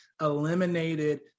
eliminated